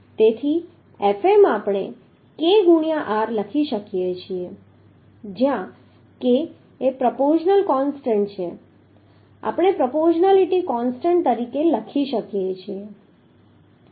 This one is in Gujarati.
જેથી Fm આપણે k ગુણ્યાં r લખી શકીએ જ્યાં k એ પ્રોપોઝિશનલ કોન્સ્ટન્ટ k છે આપણે પ્રપોશનાલિટી કોન્સ્ટન્ટ તરીકે લખી શકીએ